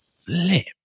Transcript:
flip